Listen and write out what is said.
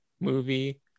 movie